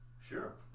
Sure